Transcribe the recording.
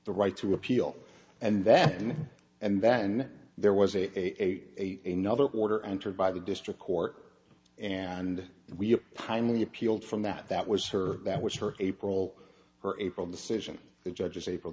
the right to appeal and then and then there was a in other order entered by the district court and we upon we appealed from that that was her that was for a parole or april decision the judges april